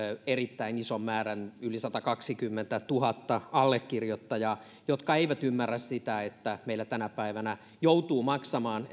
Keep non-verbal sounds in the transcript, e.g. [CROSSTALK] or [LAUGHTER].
erittäin ison määrän yli satakaksikymmentätuhatta allekirjoittajaa jotka eivät ymmärrä sitä että meillä tänä päivänä joutuu maksamaan [UNINTELLIGIBLE]